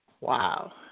Wow